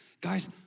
Guys